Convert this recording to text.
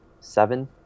seven